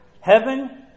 Heaven